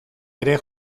ere